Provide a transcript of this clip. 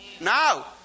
Now